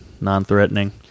non-threatening